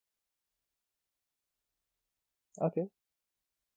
okay